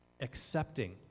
Accepting